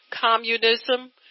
communism